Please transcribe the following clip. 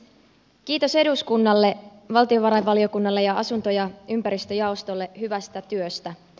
kiitos eduskunnalle valtiovarainvaliokunnalle ja asunto ja ympäristöjaostolle hyvästä työstä